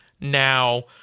Now